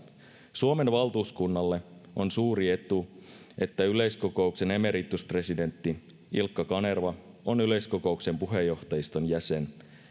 suomen valtuuskunnalle on suuri etu että yleiskokouksen emerituspresidentti ilkka kanerva on yleiskokouksen puheenjohtajiston jäsen